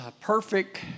perfect